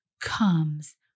comes